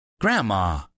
Grandma